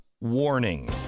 warning